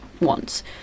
wants